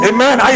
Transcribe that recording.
Amen